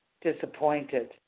Disappointed